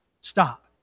Stop